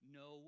no